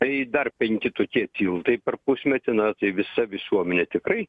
tai dar penki tokie tiltai per pusmetį na tai visa visuomenė tikrai